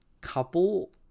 couple